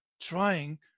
trying